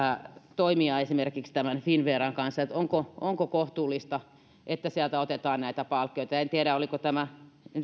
toimia esimerkiksi tämän finnveran kanssa onko kohtuullista että sieltä otetaan näitä palkkioita en tiedä oliko tämä